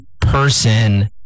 person